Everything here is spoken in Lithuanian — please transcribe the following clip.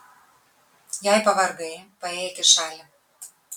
jei pavargai paėjėk į šalį